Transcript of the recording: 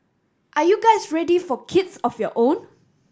are you guys ready for kids of your own